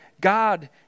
God